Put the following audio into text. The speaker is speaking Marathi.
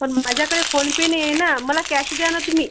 पण माझ्याकडे फोन पे नाही आहे ना मला कॅश द्या ना तुम्ही